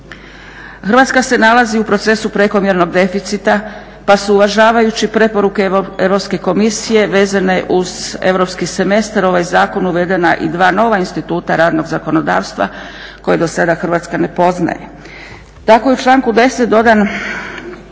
Hrvatska se nalazi u procesu prekomjernog deficita pa se uvažavajući preporuke Europske komisije vezane uz europski semestar, ovaj zakon uvedena i dva nova instituta radnog zakonodavstva koje do sada Hrvatska ne poznaje.